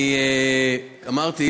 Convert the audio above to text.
אמרתי,